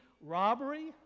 robbery